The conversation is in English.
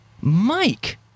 mike